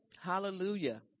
Hallelujah